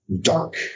dark